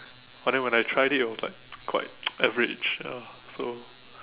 but then when I tried it it was quite average ya so